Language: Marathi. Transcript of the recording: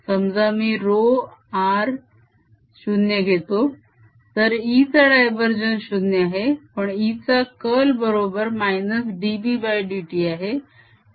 समजा मी ρr 0 घेतो तर E चा डायवरजेन्स 0 आहे पण E चा कर्ल बरोबर -dBdt आहे